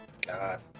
God